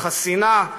חסינה,